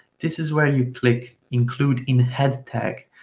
this is where you click include in head tag,